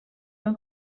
són